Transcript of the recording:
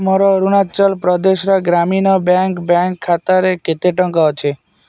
ମୋର Arunachal Pradesh Gramin bank bank ଖାତାରେ କେତେ ଟଙ୍କା ଅଛି